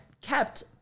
kept